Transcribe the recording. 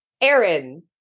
Aaron